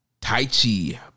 Taichi